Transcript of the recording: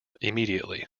immediately